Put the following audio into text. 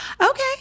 Okay